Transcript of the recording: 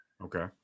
Okay